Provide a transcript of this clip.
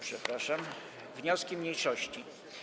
Przepraszam, wnioski mniejszości.